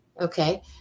Okay